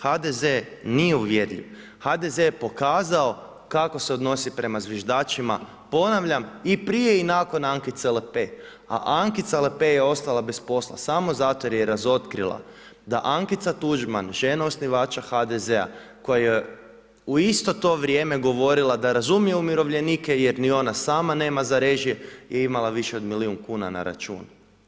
HDZ nije uvjerljiv, HDZ je pokazao kako se odnosi prema zviždačima, ponavljam i prije i nakon Ankice Lepe, a Ankica Lepe je ostala bez posla samo zato jer je razotkrila da Ankica Tuđman, žena osnivača HDZ-a koja joj je u isto to vrijeme govorila da razumije umirovljenike, jer ni ona sama nema za režije je imala više od milijun kuna na računu.